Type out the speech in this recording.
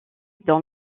dans